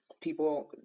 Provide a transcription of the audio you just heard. people